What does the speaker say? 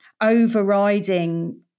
overriding